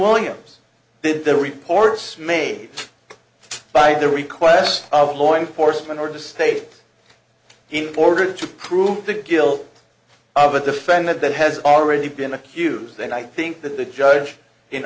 williams did the reports made by the request of law enforcement or to state in order to prove the guilt of a defendant that has already been accused and i think that the judge in